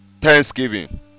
thanksgiving